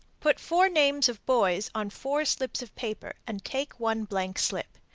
put four names of boys on four slips of paper and take one blank slip.